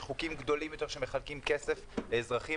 יש חוקים גדולים יותר שבהם מחלקים כסף לאזרחים